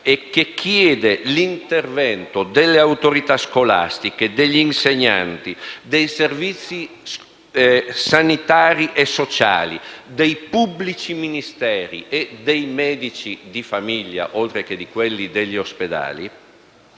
che richiede l'intervento delle autorità scolastiche, degli insegnanti, dei servizi sanitari e sociali, dei pubblici ministeri e dei medici di famiglia, oltre che di quelli ospedalieri,